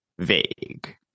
vague